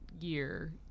year